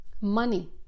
Money